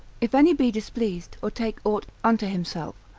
if any be displeased, or take aught unto himself,